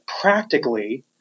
practically